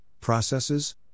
processes